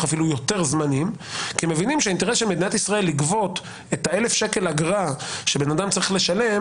אפילו יותר זמנים לגבות את 1,000 שקל אגרה שבן אדם צריך לשלם,